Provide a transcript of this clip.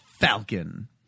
falcon